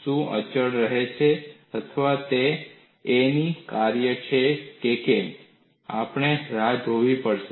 શું આ અચળ રહે છે અથવા તે a નું કાર્ય છે કે કેમ આપણે રાહ જોવી પડશે